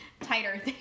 tighter